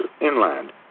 inland